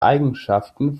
eigenschaften